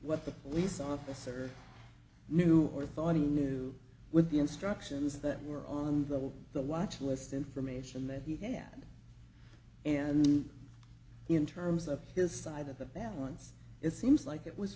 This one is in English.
what the police officer knew or thought he knew with the instructions that were on the on the watch list information that he had and in terms of his side of the balance it seems like it was